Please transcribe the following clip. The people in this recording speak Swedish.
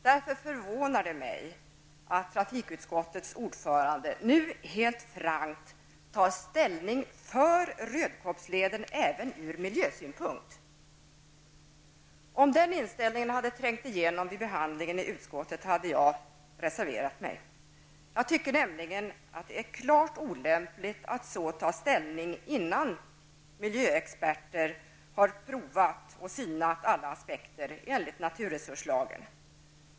Därför förvånar det mig att trafikutskottets ordförande nu helt frankt tar ställning för Rödkobbsleden även ur miljösynpunkt. Om den inställningen hade trängt igenom vid behandlingen i utskottet hade jag reserverat mig. Jag tycker nämligen att det är klart olämpligt att på så sätt ta ställning innan miljöexperter har provat och synat alla aspekter enligt naturresurslagen.